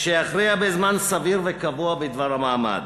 שיכריע בזמן סביר וקבוע בדבר המעמד.